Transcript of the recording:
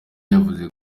yavuze